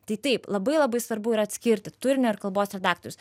tai taip labai labai svarbu yra atskirti turinio ir kalbos redaktorius